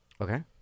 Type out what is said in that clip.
Okay